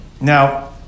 Now